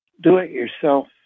do-it-yourself